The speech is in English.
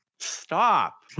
Stop